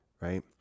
Right